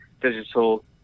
digital